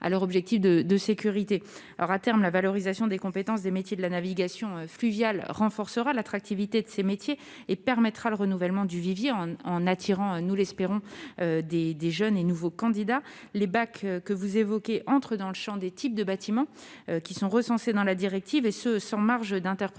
À terme, la valorisation des compétences des métiers de la navigation fluviale renforcera leur attractivité et permettra le renouvellement du vivier, en attirant, nous l'espérons, de jeunes et nouveaux candidats. Les bacs que vous évoquez entrent dans le champ des types de bâtiments recensés dans la directive, et cela sans marge d'interprétation